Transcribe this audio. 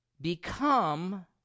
become